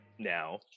now